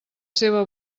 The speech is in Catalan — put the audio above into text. seva